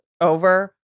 over